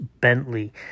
Bentley